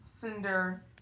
cinder